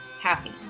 happy